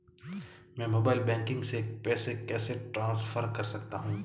मैं mobile banking से पैसे कैसे ट्रांसफर कर सकता हूं?